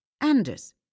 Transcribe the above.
Anders